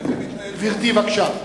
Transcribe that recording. גברתי, בבקשה.